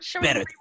better